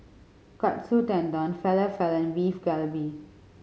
Katsu Tendon Falafel and Beef Galbi